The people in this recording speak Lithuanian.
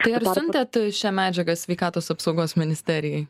tai ar siuntėt šią medžiagą sveikatos apsaugos ministerijai